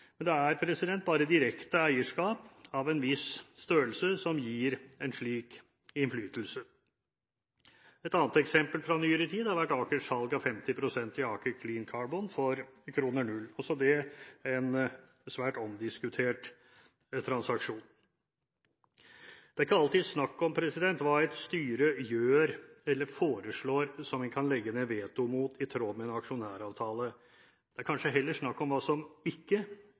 Men det er bare direkte eierskap av en viss størrelse som gir en slik innflytelse. Et annet eksempel fra nyere tid har vært Akers salg av 50 pst. i Aker Clean Carbon for 0 kr – også det en svært omdiskutert transaksjon. Det er ikke alltid snakk om hva et styre gjør eller foreslår som en kan legge ned veto mot, i tråd med en aksjonæravtale. Det er kanskje heller snakk om hva som ikke